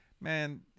man